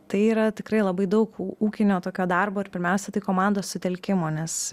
tai yra tikrai labai daug ūkinio tokio darbo ir pirmiausia tai komandos sutelkimo nes